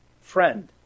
Friend